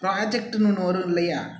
ப்ராஜெக்ட்டுன்னு ஒன்று வரும் இல்லையா